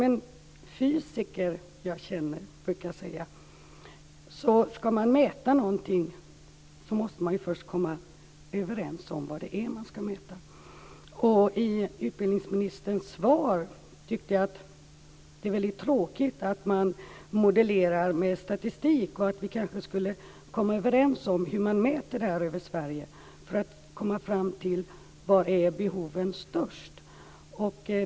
En fysiker som jag känner brukar säga att om man skall mäta någonting, måste man först komma överens om vad som skall mätas. Jag tyckte att det var tråkigt hur utbildningsministern i sitt svar handskades med statistik. Vi skulle kanske komma överens om hur vi skall mäta över Sverige, så att vi kan komma fram till var behoven är störst.